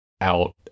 out